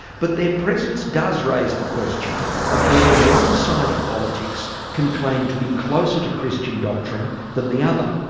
but their presence does raise the question of whether one side of politics can claim to be closer to christian doctrine than the other.